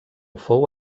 fou